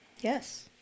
Yes